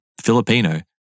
Filipino